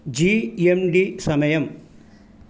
G M D സമയം